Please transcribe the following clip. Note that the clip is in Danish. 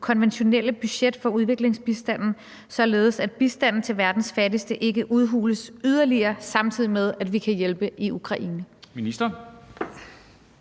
konventionelle budget for udviklingsbistand, således at bistanden til verdens fattige ikke udhules yderligere, samtidig med at vi hjælper Ukraine?